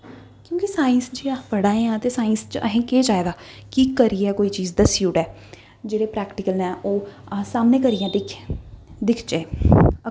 क्योंकि साईंस जे अस पढ़ा दे ते साइंस च असें गी केह् चाहिदा कि करियै कोई चीज दस्सी ओड़ै जेह्ड़े प्रैक्टीकल न ओह् अस सामने करियै दिखचै